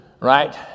right